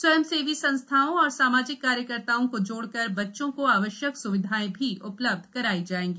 स्वयंसेवी संस्थाओं और सामाजिक कार्यकर्ताओं को जोड़कर बच्चों को आवश्यक स्विधाएँ भी उपलब्ध कराई जायेंगी